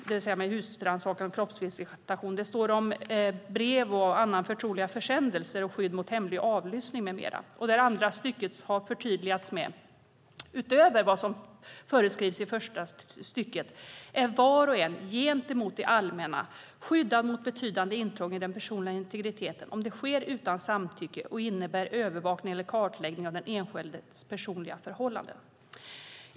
Det står också om brev och andra förtroliga försändelser och om skydd mot hemlig avlyssning med mera. Andra stycket har förtydligats med: "Utöver vad som föreskrivs i första stycket är var och en gentemot det allmänna skyddad mot betydande intrång i den personliga integriteten, om det sker utan samtycke och innebär övervakning eller kartläggning av den enskildes personliga förhållanden."